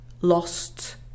lost